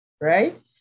right